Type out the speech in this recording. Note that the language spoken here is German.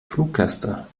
fluggäste